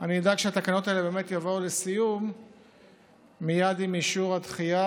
אני אדאג שהתקנות האלה באמת יבואו לסיום מייד עם אישור הדחייה,